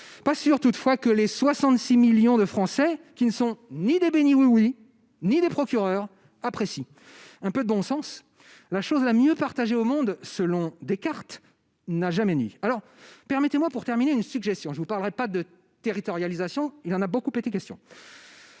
Pas sûr, toutefois, que les 66 millions de Français, qui ne sont ni des béni-oui-oui ni des procureurs, apprécient. Un peu de bon sens- « la chose au monde la mieux partagée », selon Descartes -n'a jamais nui. Permettez-moi, pour terminer, une suggestion, qui ne porte pas sur la territorialisation, car il en a beaucoup été question,